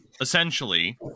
essentially